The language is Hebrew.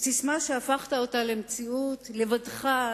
ססמה שהפכת למציאות לבדך,